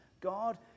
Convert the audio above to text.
God